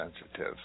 sensitive